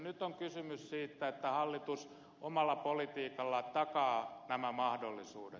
nyt on kysymys siitä että hallitus omalla politiikallaan takaa nämä mahdollisuudet